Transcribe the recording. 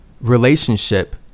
relationship